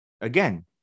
again